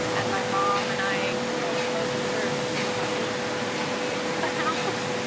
and my mom and i you know most kids are excited to leave the house.